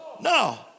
No